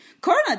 Corona